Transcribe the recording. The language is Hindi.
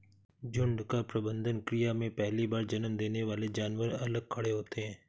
झुंड का प्रबंधन क्रिया में पहली बार जन्म देने वाले जानवर अलग खड़े होते हैं